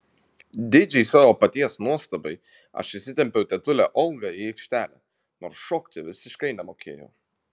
didžiai savo paties nuostabai aš išsitempiau tetulę olgą į aikštelę nors šokti visiškai nemokėjau